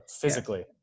physically